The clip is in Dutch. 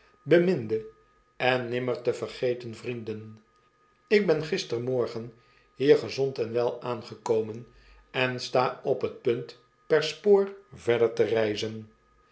beminde en nimmer te verget en vrienden ik ben gistermorgen hier gezond en wel aangekomen en sta op t punt per spoor verder te reizen